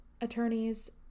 attorneys